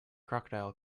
crocodile